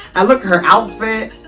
and look her outfit!